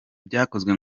byakozwe